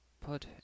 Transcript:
put